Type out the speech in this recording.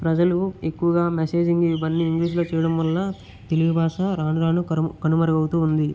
ప్రజలు ఎక్కువగా మెసేజింగ్ ఇవన్నీ ఇంగ్లీషులో చేయడం వల్ల తెలుగు భాష రాను రాను కనుమరుగు అవుతూ ఉంది